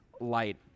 light